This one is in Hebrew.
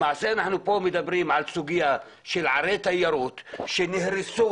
למעשה אנחנו מדברים כאן על סוגיה של ערי תיירות שנהרסו,